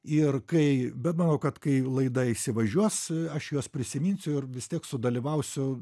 ir kai bet manau kad kai laida įsivažiuos aš juos prisiminsiu ir vis tiek sudalyvausiu